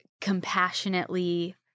compassionately